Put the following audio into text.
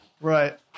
Right